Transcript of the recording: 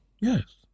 Yes